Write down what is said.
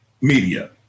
media